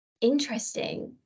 interesting